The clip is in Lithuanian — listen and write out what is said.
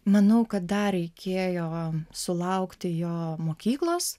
manau kad dar reikėjo sulaukti jo mokyklos